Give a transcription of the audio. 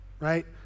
Right